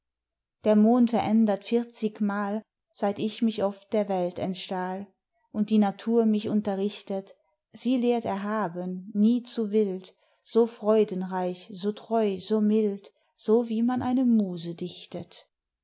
der mond verändert vierzigmal seit ich mich oft der welt entstahl und die natur mich unterrichtet sie lehrt erhaben nie zu wild so freudenreich so treu so mild so wie man eine muse dichtet